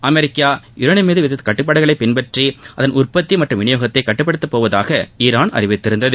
America uranium மீது விதித்த கட்டுப்பாடுகளை பின்பற்றி அதன் உற்பத்தி மற்றும் வினியோகத்தை கட்டுப்படுத்தப்போவதாக ஈரான் அறிவித்திருந்தது